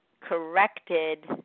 corrected